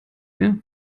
mehr